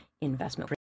investment